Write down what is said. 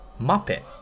Muppet